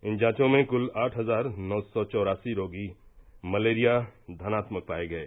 इन जांचों में क्ल आठ हजार नौ सौ चौरासी रोगी मलेरिया धनात्मक पाये गये